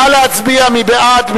נא להצביע, מי בעד?